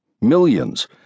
Millions